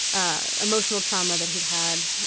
ah emotional trauma that he'd had.